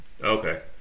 Okay